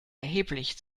erheblich